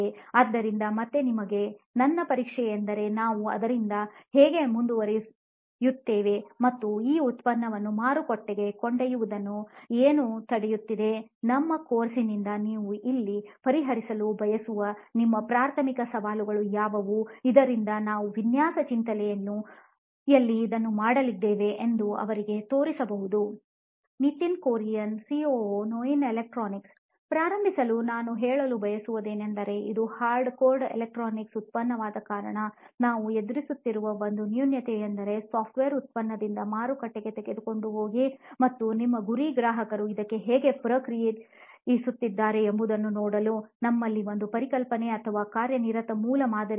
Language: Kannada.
ಆದ್ದರಿಂದ ಮತ್ತೆ ನಿಮಗೆ ನನ್ನ ಪ್ರಶ್ನೆಯೆಂದರೆ ನಾವು ಅದರಲ್ಲಿ ಹೇಗೆ ಮುಂದುವರಿಯುತ್ತೇವೆ ಮತ್ತು ಈ ಉತ್ಪನ್ನವನ್ನು ಮಾರುಕಟ್ಟೆಗೆ ಕೊಂಡೊಯ್ಯುವುದನ್ನು ಏನು ತಡೆಯುತ್ತಿದೆನಮ್ಮ ಕೋರ್ಸ್ನಿಂದ ನೀವು ಇಲ್ಲಿ ಪರಿಹರಿಸಲು ಬಯಸುವ ನಿಮ್ಮ ಪ್ರಾಥಮಿಕ ಸವಾಲುಗಳು ಯಾವುವು ಇದರಿಂದ ನಾವು ವಿನ್ಯಾಸ ಚಿಂತನೆಯಲ್ಲಿ ಇದನ್ನು ಮಾಡಲಿದ್ದೇವೆ ಎಂದು ಅವರಿಗೆ ತೋರಿಸಬಹುದು ನಿತಿನ್ ಕುರಿಯನ್ ಸಿಒಒ ನೋಯಿನ್ ಎಲೆಕ್ಟ್ರಾನಿಕ್ಸ್ ಪ್ರಾರಂಭಿಸಲು ನಾನು ಹೇಳಲು ಬಯಸುವುದೇನೆಂದರೆ ಇದು ಹಾರ್ಡ್ಕೋರ್ ಎಲೆಕ್ಟ್ರಾನಿಕ್ ಉತ್ಪನ್ನವಾದ ಕಾರಣ ನಾವು ಎದುರಿಸುತ್ತಿರುವ ಒಂದು ನ್ಯೂನತೆಯೆಂದರೆ ಸಾಫ್ಟ್ವೇರ್ ಉತ್ಪನ್ನದಂತೆ ಮಾರುಕಟ್ಟೆಗೆ ತೆಗೆದುಕೊಂಡು ಹೋಗಿ ಮತ್ತು ನಿಮ್ಮ ಗುರಿ ಗ್ರಾಹಕರು ಇದಕ್ಕೆ ಹೇಗೆ ಪ್ರತಿಕ್ರಿಯಿಸುತ್ತಾರೆ ಎಂಬುದನ್ನು ನೋಡಲು ನಮ್ಮಲ್ಲಿ ಒಂದು ಪರಿಕಲ್ಪನೆ ಅಥವಾ ಕಾರ್ಯನಿರತ ಮೂಲ ಮಾದರಿಯಿಲ್ಲ